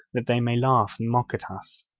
that they may laugh and mock at us!